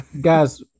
Guys